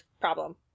problem